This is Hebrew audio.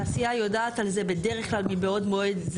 התעשייה יודעת על זה בדרך כלל מבעוד מועד.